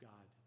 God